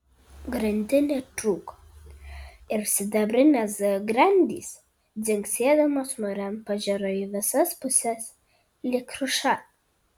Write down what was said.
grandinė trūko ir sidabrinės grandys dzingsėdamos mūran pažiro į visas puses lyg kruša